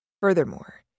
Furthermore